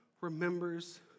remembers